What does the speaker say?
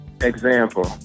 Example